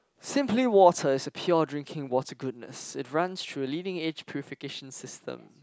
simply water is a pure drinking water goodness it runs through leading age purification system